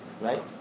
Right